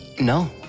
No